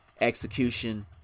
execution